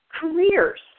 Careers